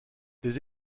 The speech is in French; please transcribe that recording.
des